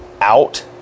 out